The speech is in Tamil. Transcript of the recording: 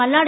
மல்லாடி